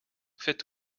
faites